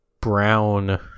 brown